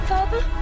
Father